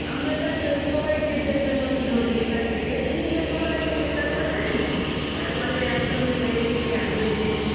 আমরা তো সবাই কে যে যার মতো দৌড়েছি এবার কে কোন দিকে দৌড়াচ্ছে সেটা তো আর দেখিনি তারপরে একসঙ্গে হয়ে দেখি একজন নেই